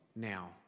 now